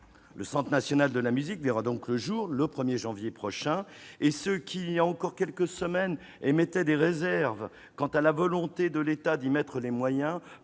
Le Centre national de la musique verra donc le jour le 1 janvier prochain, et ceux qui, il y a encore quelques semaines, émettaient des réserves quant à la volonté de l'État d'y mettre les moyens